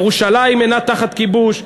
ירושלים אינה תחת כיבוש,